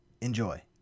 Enjoy